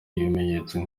ibimenyetso